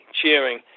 cheering